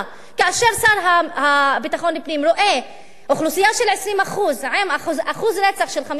כאשר השר לביטחון פנים רואה אוכלוסייה של 20% עם אחוז מקרי רצח של 50%,